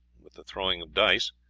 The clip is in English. with the throwing of dice,